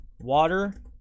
water